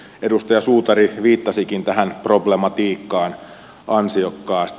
edustaja suutari viittasikin tähän problematiikkaan ansiokkaasti